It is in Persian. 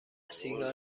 سیگار